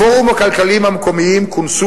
הפורומים הכלכליים המקומיים כונסו